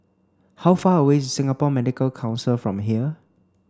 how far away is Singapore Medical Council from here